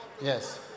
Yes